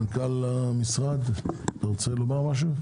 מנכ"ל המשרד אתה רוצה לומר משהו?